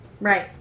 Right